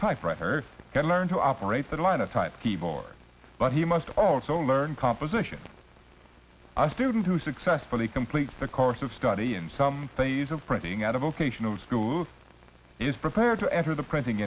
typewriter can learn to operate that line of type keyboard but he must also learn composition a student who successfully completes the course of study and some phase of printing at a vocational school is prepared to enter the printing